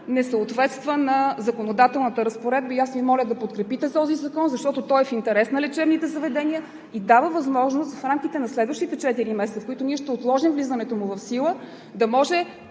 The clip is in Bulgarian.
не съответства на законодателната разпоредба. Аз Ви моля да подкрепите този закон, защото той е в интерес на лечебните заведения и дава възможност в рамките на следващите четири месеца, в които ние ще отложим влизането му в сила, да може